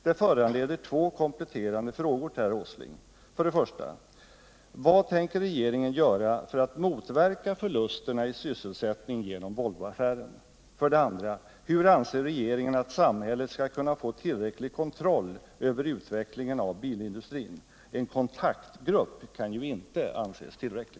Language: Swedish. Detta föranleder två kompletterande frågor till herr Åsling: 2. Hur anser regeringen att samhället skall kunna få tillräcklig kontroll över utvecklingen av bilindustrin? En kontaktgrupp kan ju inte anses vara tillräcklig.